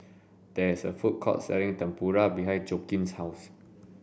there is a food court selling Tempura behind Joaquin's house